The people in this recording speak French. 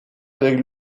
avec